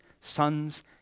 sons